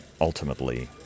ultimately